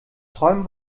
träum